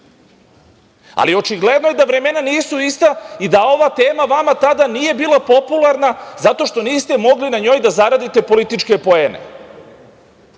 ali očigledno je da vremena nisu ista i da ova tema vama tada nije bila popularna zato što niste mogli na njoj da zaradite političke poene.